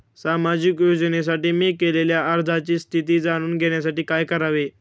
सामाजिक योजनेसाठी मी केलेल्या अर्जाची स्थिती जाणून घेण्यासाठी काय करावे?